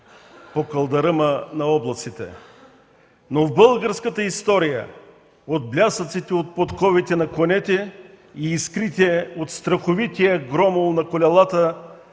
по калдъръма на облаците. Но в българската история отблясъците от подковите на конете и искрите от страховития громол на колелата